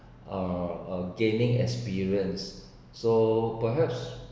uh a gaining experience so perhaps